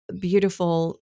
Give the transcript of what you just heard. beautiful